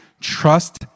Trust